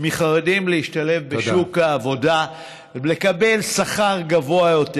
מחרדים להשתלב בשוק העבודה ולקבל שכר גבוה יותר,